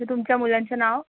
आणि तुमच्या मुलांचं नाव